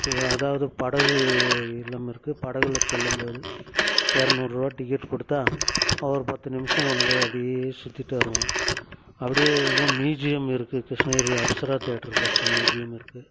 so அதாவது படகு இல்லாமல் இருக்கு படகில் செல்லும்போது இரநூறுவா டிக்கெட் கொடுத்தா ஒரு பத்து நிமிஷம் கொண்டு போய் அப்படியே சுற்றிட்டு வருவோம் அப்படியே வந்து மியூசியம் இருக்கு கிருஷ்ணகிரி அப்ஸரா தேட்டர் பக்கம் மியூசியம் இருக்கு